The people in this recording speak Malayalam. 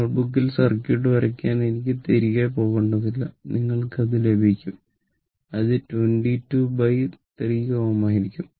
നോട്ട്ബുക്കിൽ സർക്യൂട്ട് വരയ്ക്കാൻ എനിക്ക് തിരികെ പോകേണ്ടതില്ല നിങ്ങൾക്ക് അത് ലഭിക്കും അത് 223 Ω ആയിരിക്കും